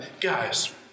Guys